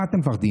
ממה אתם מפחדים,